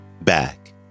back